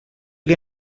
que